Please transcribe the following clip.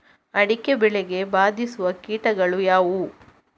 ಅಡಿಕೆ ಬೆಳೆಗೆ ಬಾಧಿಸುವ ಕೀಟಗಳು ಯಾವುವು?